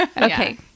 Okay